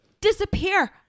disappear